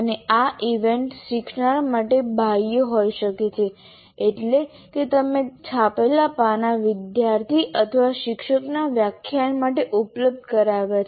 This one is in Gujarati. અને આ ઇવેન્ટ્સ શીખનાર માટે બાહ્ય હોઈ શકે છે એટલે કે તમે છાપેલા પાના વિદ્યાર્થી અથવા શિક્ષકના વ્યાખ્યાન માટે ઉપલબ્ધ કરાવ્યા છે